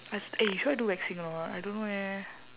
I s~ eh should I do waxing or not I don't know eh